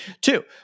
Two